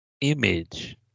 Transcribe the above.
image